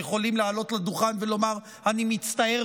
יכולים לעלות לדוכן ולומר: אני מצטער,